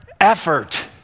effort